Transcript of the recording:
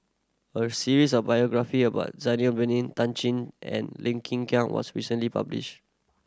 a series of biography about Zainal Abidin Tan Chin and Lim Kin Kiang was recently published